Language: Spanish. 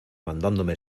mandándome